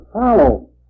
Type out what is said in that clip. follow